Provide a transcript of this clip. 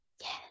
Yes